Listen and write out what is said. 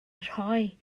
rhoi